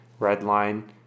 Redline